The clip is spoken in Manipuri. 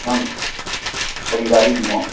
ꯅꯪ ꯀꯔꯤ ꯒꯥꯔꯤꯒꯤꯅꯣ